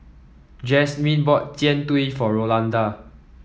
Jazmyn bought Jian Dui for Rolanda